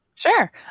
Sure